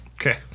Okay